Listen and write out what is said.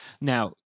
Now